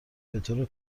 بطور